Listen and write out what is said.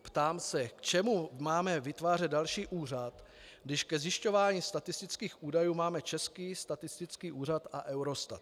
Ptám se: K čemu máme vytvářet další úřad, když ke zjišťování statistických údajů máme Český statistický úřad a Eurostat?